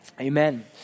Amen